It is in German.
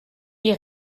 die